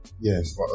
Yes